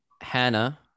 Hannah